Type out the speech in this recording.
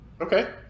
okay